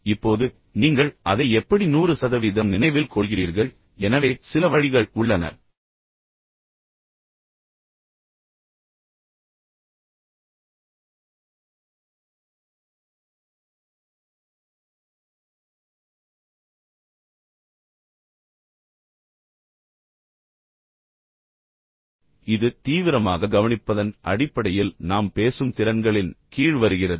இப்போது நீங்கள் அதை எப்படி 100 சதவீதம் நினைவில் கொள்கிறீர்கள் எனவே சில வழிகள் உள்ளன இது தீவிரமாக கவனிப்பதன் அடிப்படையில் நாம் பேசும் திறன்களின் கீழ் வருகிறது